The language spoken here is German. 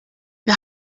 wir